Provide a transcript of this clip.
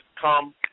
come